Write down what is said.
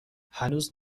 هنوز